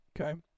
okay